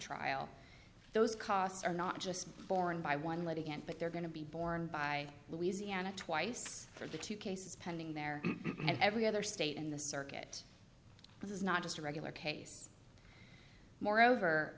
trial those costs are not just borne by one dollar litigant but they're going to be borne by louisiana twice for the two cases pending there and every other state in the circuit this is not just a regular case moreover